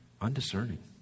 Undiscerning